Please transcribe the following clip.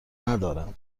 ندارم